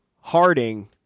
Harding